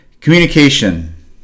communication